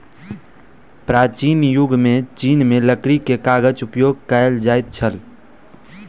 प्राचीन युग में चीन में लकड़ी के कागज उपयोग कएल जाइत छल